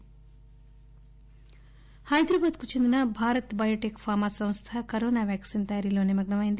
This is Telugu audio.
వ్యాక్సీన్ హైదరాబాద్కు చెందిన భారత్ బయోటెక్ ఫార్మా సంస్థ కరోనా వ్యాక్సిన్ తయారీలో నిమగ్నమైంది